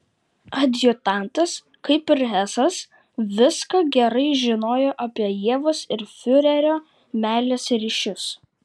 adjutantas kaip ir hesas viską gerai žinojo apie ievos ir fiurerio meilės ryšius